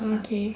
okay